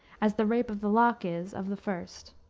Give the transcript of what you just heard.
as the rape of the lock is of the first.